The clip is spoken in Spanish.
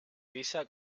pisa